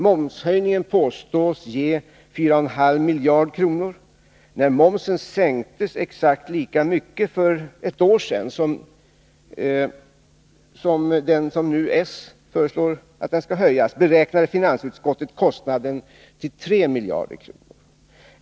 Momshöjningen påstås ge 4,5 miljarder kronor. När momsen sänktes för ett år sedan med exakt lika mycket som socialdemokraterna nu föreslår att den skall höjas med beräknade finansutskottet kostnaden till 3 miljarder kronor.